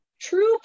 True